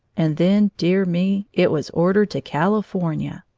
and then, dear me! it was ordered to california!